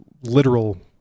literal